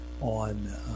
on